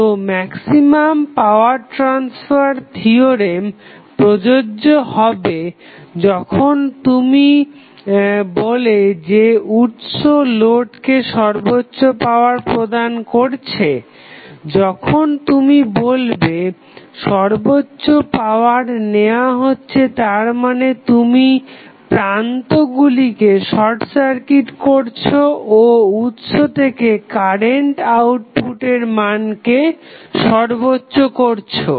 তো maximum power transfer theorem প্রযোজ্য হবে যখন তুমি বলে যে উৎস লোডকে সর্বোচ্চ পাওয়ার প্রদান করছে যখন তুমি বলবে সর্বোচ্চ পাওয়ার নেওয়া হচ্ছে তারমানে তুমি প্রান্তগুলিকে শর্ট করছো ও উৎস থেকে কারেন্ট আউটপুটের মান কে সর্বোচ্চ করছো